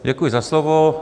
Děkuji za slovo.